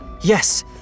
Yes